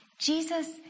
Jesus